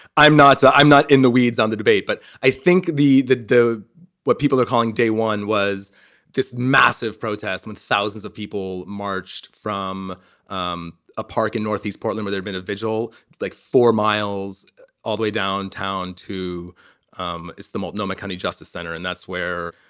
i'm not. so i'm not in the weeds on the debate. but i think the that the what people are calling day one was this massive protest with thousands of people marched from um a park in northeast, partly where there'd been a vigil like for miles all the way downtown to um it's the multinomial county justice center. and that's where